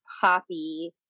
poppy